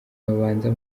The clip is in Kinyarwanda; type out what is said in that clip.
babanza